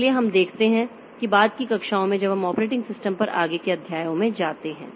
इसलिए हम देखते हैं बाद की कक्षाओं में जब हम ऑपरेटिंग सिस्टम पर आगे के अध्यायों में जाते हैं